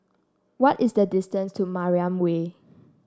what is the distance to Mariam Way